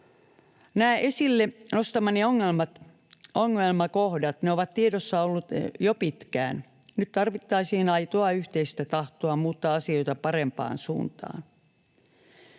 Nämä esille nostamani ongelmakohdat ovat olleet tiedossa jo pitkään. Nyt tarvittaisiin aitoa yhteistä tahtoa muuttaa asioita parempaan suuntaan.